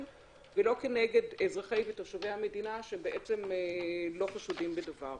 ולא כנגד אזרחי ותושבי המדינה שהם בעצם לא חשודים בדבר.